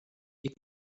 est